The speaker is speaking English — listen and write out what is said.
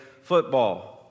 football